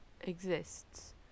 exists